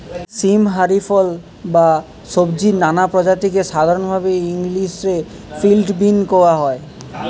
সীম হারি ফল বা সব্জির নানা প্রজাতিকে সাধরণভাবি ইংলিশ রে ফিল্ড বীন কওয়া হয়